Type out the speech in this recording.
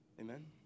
Amen